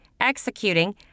executing